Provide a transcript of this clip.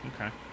okay